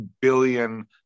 billion